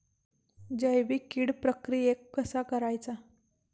जैविक कीड प्रक्रियेक कसा करायचा?